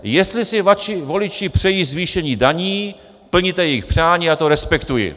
Jestli si vaši voliči přejí zvýšení daní, plníte jejich přání, já to respektuji.